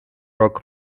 rock